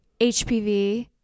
HPV